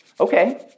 Okay